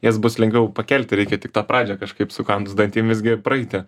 jas bus lengviau pakelti reikia tik tą pradžią kažkaip sukandus dantim visgi praeiti